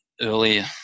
earlier